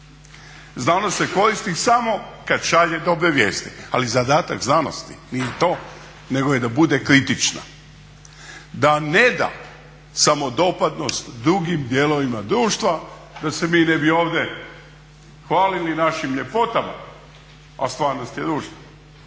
Znanost se koristi samo kad šalje dobre vijesti, ali zadatak znanosti nije to nego je da bude kritična, da ne da samodopadnost drugim dijelovima društva da se mi ne bi ovdje hvalili našim ljepotama, a stvarnost je ružna.